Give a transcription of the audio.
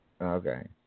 Okay